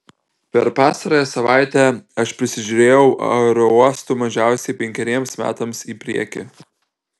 per pastarąją savaitę aš prisižiūrėjau aerouostų mažiausiai penkeriems metams į priekį